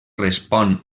respon